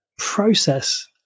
Process